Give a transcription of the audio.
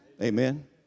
Amen